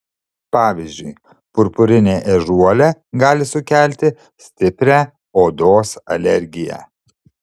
pavyzdžiui purpurinė ežiuolė gali sukelti stiprią odos alergiją